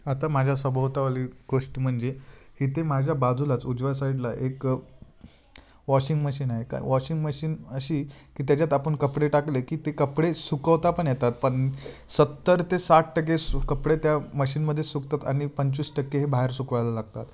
आता माझ्या स्वभोवतावाली गोष्ट म्हणजे इथे माझ्या बाजूलाच उजव्या साईडला एक वॉशिंग मशीन आहे का वॉशिंग मशीन अशी की त्याच्यात आपण कपडे टाकले की ते कपडे सुकवता पण येतात पण सत्तर ते साठ टक्के सु कपडे त्या मशीनमध्ये सुकतात आणि पंचवीस टक्के हे बाहेर सुकवायला लागतात